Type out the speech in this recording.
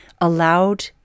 allowed